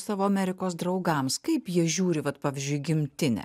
savo amerikos draugams kaip jie žiūri vat pavyzdžiui gimtinę